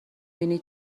بینی